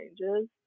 changes